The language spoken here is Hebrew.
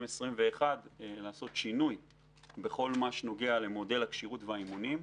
2021 ייעשה שינוי בכל מה שנוגע למודל הכשירות והאימונים.